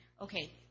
Okay